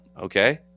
okay